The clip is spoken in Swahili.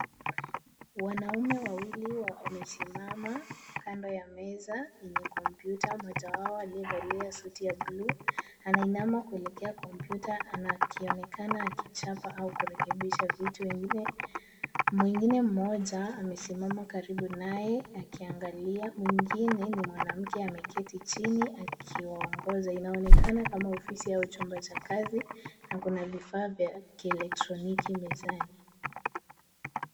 Wanaume wawili wamesimama kando ya meza yenye kompyuta, mmoja wao aliyevalia suti ya bluu, anainama kuelekea kompyuta. Anaonekana akichapa au kurekebisha vitu. Mwingine mmoja amesimama karibu naye akiangalia. Mwingine ni mwanamke ameketi chini aliwaongoza. Inaonekana kama ofisi au chumba cha kazi na kuna vifaa vya kielektroniki mezani.